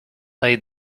laid